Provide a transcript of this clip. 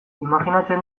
imajinatzen